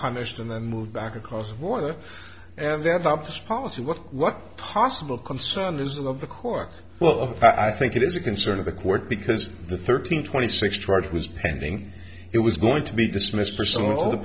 punished and then moved back across the border and then up this policy what what possible concern is that of the cork well i think it is a concern of the court because the thirteen twenty six charge was pending it was going to be dismissed for some